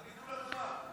תגידו לנו מה?